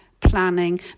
planning